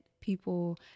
people